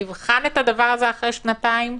נבחן את הדבר הזה אחרי שנתיים,